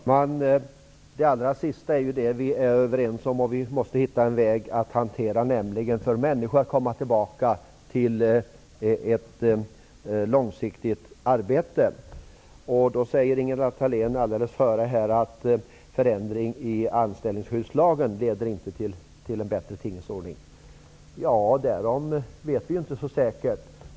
Herr talman! Det allra sista Ingela Thalén sade är vi överens om. Vi måste hitta en väg för att göra det möjligt för människor att gå tillbaka till ett långsiktigt arbete. Ingela Thalén säger att en förändring i anställningsskyddslagen inte leder till en bättre tingens ordning. Men därom vet vi inte så säkert.